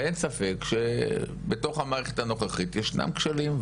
אין ספק שבתוך המערכת הנוכחית ישנם כשלים.